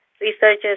researchers